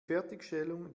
fertigstellung